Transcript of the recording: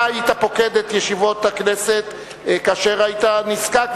אתה היית פוקד את ישיבות הכנסת כאשר היית נזקק,